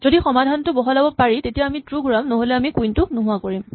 যদি সমাধানটো বহলাব পাৰি তেতিয়া আমি ট্ৰো ঘূৰাম নহ'লে আমি কুইন টোক নোহোৱা কৰিম